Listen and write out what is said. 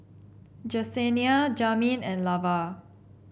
Jesenia Jamin and Lavar